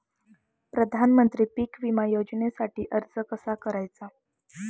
प्रधानमंत्री पीक विमा योजनेसाठी अर्ज कसा करायचा?